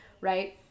right